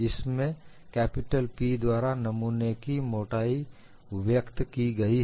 इसमें capital 'B' द्वारा जांच नमूने की मोटाई व्यक्त की गयी है